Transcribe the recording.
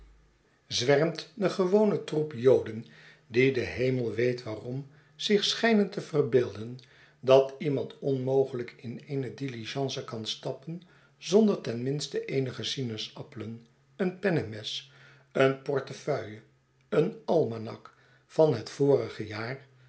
de gewone troep joden die de hemel weet waarom zich schijnen te verbeelden dat iemand onmogelijk in eene diligence kan stappen zonder ten minste eenige sinaasappelen een pennemes eene portefeuille een almanak van het vorige jaar